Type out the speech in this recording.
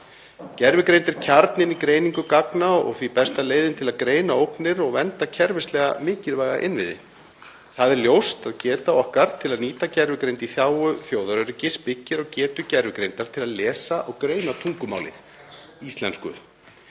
Gervigreind er kjarninn í greiningu gagna og því besta leiðin til að greina ógnir og vernda kerfislega mikilvæga innviði. Það er ljóst að geta okkar til að nýta gervigreind í þágu þjóðaröryggis byggir á getu gervigreindar til að lesa og greina tungumálið íslensku.